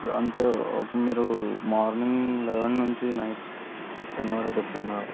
అంటే ఒక మీరు మార్నింగ్ లెవెన్ నుంచి నైట్ టెన్ వరకు ఎప్పుడన్నా రావచ్చు